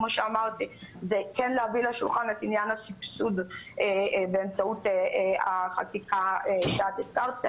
הן להביא לשולחן את עניין הסבסוד באמצעות החקיקה שאת הזכרת,